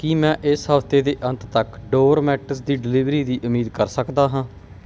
ਕੀ ਮੈਂ ਇਸ ਹਫਤੇ ਦੇ ਅੰਤ ਤੱਕ ਡੋਰ ਮੈਟਸ ਦੀ ਡਿਲੀਵਰੀ ਦੀ ਉਮੀਦ ਕਰ ਸਕਦਾ ਹਾਂ